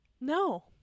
No